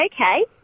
okay